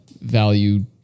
value